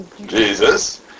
Jesus